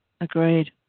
Agreed